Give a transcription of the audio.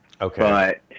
Okay